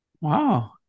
wow